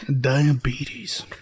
Diabetes